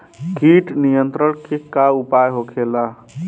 कीट नियंत्रण के का उपाय होखेला?